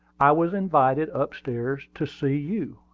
i was invited up-stairs to see you,